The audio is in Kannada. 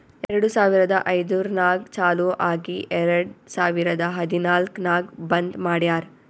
ಎರಡು ಸಾವಿರದ ಐಯ್ದರ್ನಾಗ್ ಚಾಲು ಆಗಿ ಎರೆಡ್ ಸಾವಿರದ ಹದನಾಲ್ಕ್ ನಾಗ್ ಬಂದ್ ಮಾಡ್ಯಾರ್